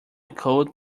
cold